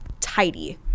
tidy